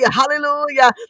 hallelujah